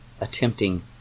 attempting